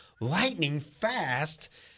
lightning-fast